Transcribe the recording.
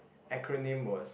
acronym was